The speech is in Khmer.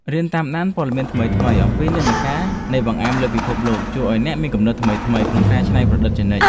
រៀនតាមដានព័ត៌មានថ្មីៗអំពីនិន្នាការនៃបង្អែមលើពិភពលោកជួយឱ្យអ្នកមានគំនិតថ្មីៗក្នុងការច្នៃប្រឌិតជានិច្ច។